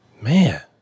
Man